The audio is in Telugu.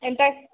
ఎంత